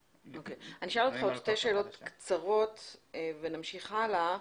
אני אשאל אותך עוד שתי שאלות קצרות ונמשיך הלאה.